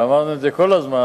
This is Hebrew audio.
ואמרנו את זה כל הזמן,